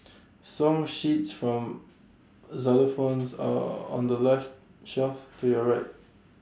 song sheets for xylophones are on the left shelf to your right